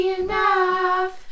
enough